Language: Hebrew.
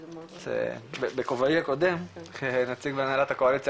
כי זה מאוד --- בכובעי הקודם כנציג וועדת הקואליציה,